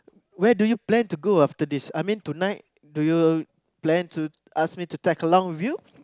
where do you plan to go after this I mean tonight do you plan to ask me to tag along with you